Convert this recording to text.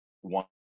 one